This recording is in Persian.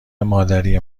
مادری